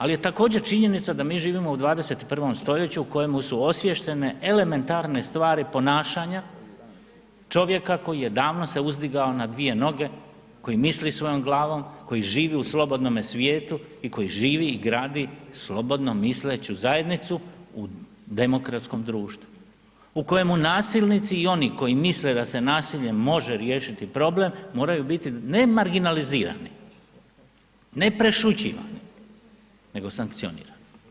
Ali je također činjenica da mi živimo u 21. stoljeću u kojemu su osvještene elementarne stvari ponašanja čovjaka koji je davno se uzdigao na dvije noge, koji misli svojom glavom, koji živi u slobodnome svijetu i koji živi i gradi slobodno misleću zajednicu u demokratskom društvu u kojemu nasilnici i oni koji misle da se nasiljem može riješiti problem moraju biti ne marginalizirani, ne prešućivani nego sankcionirani.